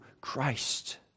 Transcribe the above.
Christ